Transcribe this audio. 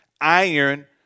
Iron